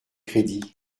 crédits